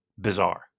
bizarre